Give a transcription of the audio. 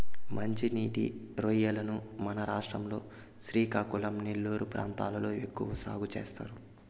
మంచి నీటి రొయ్యలను మన రాష్ట్రం లో శ్రీకాకుళం, నెల్లూరు ప్రాంతాలలో ఎక్కువ సాగు చేస్తారు